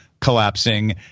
collapsing